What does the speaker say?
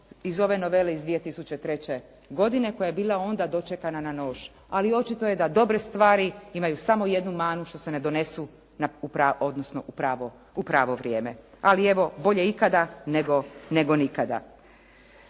iz ove novele iz 2003. godine koja je bila onda dočekana na nož. Ali očito je da dobre stvari imaju samo jednu manu što se ne donesu u pravo vrijeme. Ali evo bolje ikada, nego nikada.